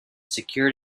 secured